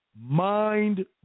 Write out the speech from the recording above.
mind